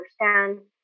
understand